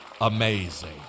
amazing